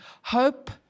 hope